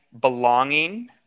belonging